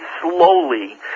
slowly